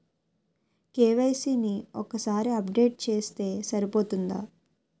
KYC ని ఒక్కసారి update చేస్తే సరిపోతుందా?